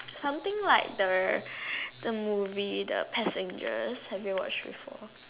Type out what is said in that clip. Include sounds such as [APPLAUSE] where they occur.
something like the [BREATH] the movie the passengers have you watch before